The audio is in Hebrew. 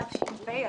התש"ף-2019.